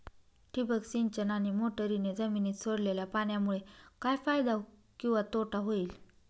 ठिबक सिंचन आणि मोटरीने जमिनीत सोडलेल्या पाण्यामुळे काय फायदा किंवा तोटा होईल?